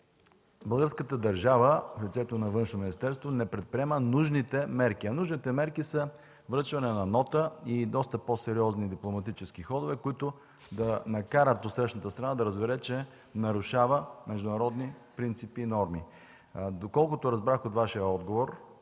Българската държава в лицето на Външното министерство не предприема нужните мерки. А нужните мерки са връчване на нота и доста по-сериозни дипломатически ходове, които да накарат отсрещната страна да разбере, че нарушава международни принципи и норми. Доколкото разбрах от Вашия отговор,